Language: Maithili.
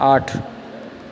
आठ